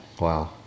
Wow